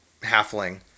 halfling